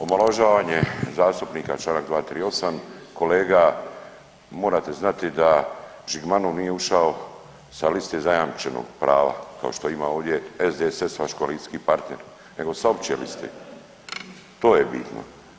Omalovažavanje zastupnika čl. 238., kolega morate znati da Žigmanov nije ušao sa liste zajamčenog prava kao što ima ovdje SDSS vaš koalicijski partner nego sa opće liste, to je bitno.